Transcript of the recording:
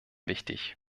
wichtig